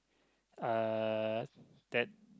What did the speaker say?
uh that